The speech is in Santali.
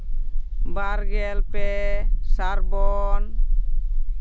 ᱵᱟᱨ ᱜᱮᱞ ᱯᱮ ᱥᱟᱨᱵᱚᱱ